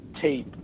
tape